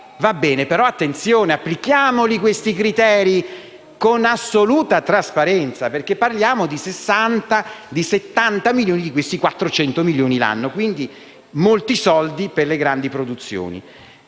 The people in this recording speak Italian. Va bene, però attenzione: questi criteri vanno applicati con assoluta trasparenza, perché parliamo di circa 60-70 milioni di questi 400 milioni l'anno, quindi di molti soldi per le grandi produzioni.